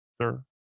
sir